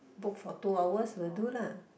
book for two hours will do lah